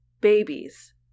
babies